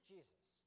Jesus